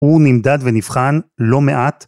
הוא נמדד ונבחן לא מעט.